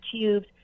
tubes